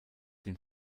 den